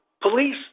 police